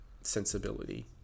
sensibility